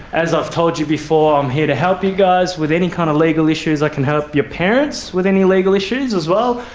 as i've told you before, i'm here to help you guys with any kind of legal issues, i can help your parents with any legal issues as well.